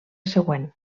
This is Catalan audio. següent